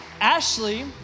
Ashley